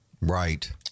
Right